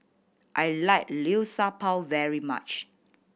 I like Liu Sha Bao very much